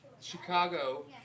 Chicago